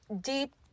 deep